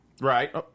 Right